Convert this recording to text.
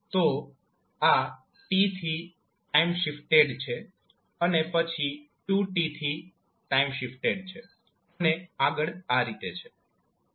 તો આ T થી ટાઇમ શિફ્ટેડ છે અને પછી 2T થી ટાઇમ શિફ્ટેડ છે અને આગળ આ રીતે છે